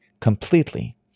completely